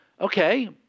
Okay